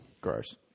Gross